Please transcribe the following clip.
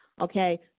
Okay